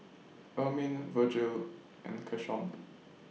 Ermine Vergil and Keshawn